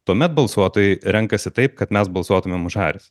tuomet balsuotojai renkasi taip kad mes balsuotumėm už haris